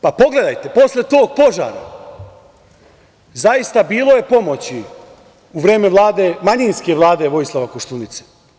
Pogledajte, posle tog požara zaista bilo je pomoći u vreme manjinske vlade Vojislava Koštunice.